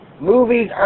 movies